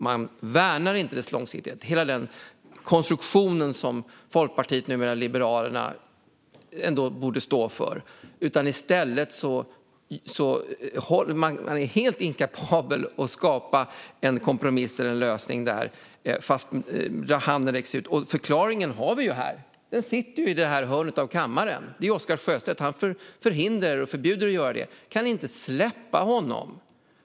Man värnar inte dess långsiktighet och hela den konstruktion som Folkpartiet, numera Liberalerna, borde stå för. Man är helt inkapabel att skapa en kompromiss eller lösning där, fast en hand har sträckts ut. Förklaringen har vi här. Den sitter i ett hörn av kammaren. Det är Oscar Sjöstedt. Han hindrar och förbjuder er att göra detta. Kan ni inte släppa honom?